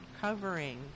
covering